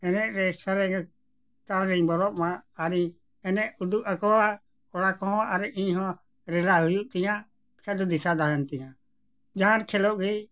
ᱮᱱᱮᱡ ᱨᱮ ᱥᱮᱨᱮᱧ ᱛᱟᱞᱟ ᱨᱤᱧ ᱵᱚᱞᱚᱜ ᱢᱟ ᱟᱨᱤᱧ ᱮᱱᱮᱡ ᱩᱫᱩᱜ ᱟᱠᱚᱣᱟ ᱠᱚᱲᱟ ᱠᱚᱦᱚᱸ ᱟᱨ ᱤᱧ ᱦᱚᱸ ᱨᱮᱞᱟ ᱦᱩᱭᱩᱜ ᱛᱤᱧᱟᱹ ᱮᱱᱠᱷᱟᱱ ᱫᱚ ᱫᱤᱥᱟᱹ ᱛᱟᱦᱮᱱ ᱛᱤᱧᱟᱹ ᱡᱟᱦᱟᱱ ᱠᱷᱮᱞᱳᱜ ᱜᱮ